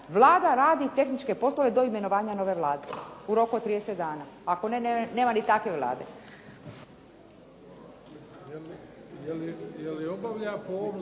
Vlada radi tehničke poslove do imenovanja nove Vlade u roku od 30 dana. Ako ne nema ni takve Vlade.